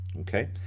okay